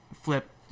flip